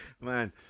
man